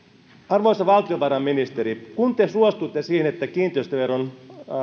arvoisa valtiovarainministeri kun te suostutte siihen että kiinteistöveron